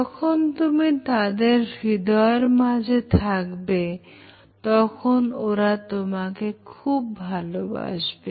যখন তুমি তাদের হৃদয়ের মাঝে থাকবে তখন ওরা তোমাকে খুব ভালবাসবে